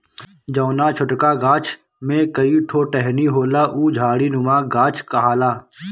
जौना छोटका गाछ में कई ठो टहनी होला उ झाड़ीनुमा गाछ कहाला